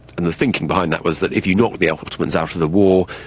and the thinking behind that was that if you knocked the ottomans out of the war,